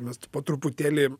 mes po truputėlį